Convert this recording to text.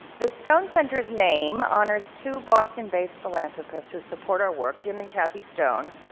the stone center's name honors two boston based philanthropist who support our work, jim and cathy stone.